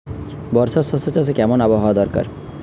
বর্ষার শশা চাষে কেমন আবহাওয়া দরকার?